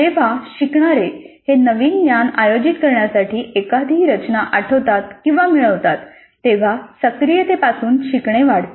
जेव्हा शिकणारे हे नवीन ज्ञान आयोजित करण्यासाठी एखादी रचना आठवतात किंवा मिळवतात तेव्हा सक्रियतेपासून शिकणे वाढते